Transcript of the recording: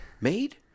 made